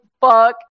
fuck